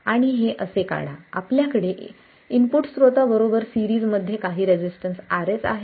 आणि हे असे काढा आपल्याकडे इनपुट स्त्रोता बरोबर सीरिजमध्ये काही रेसिस्टन्स Rs आहे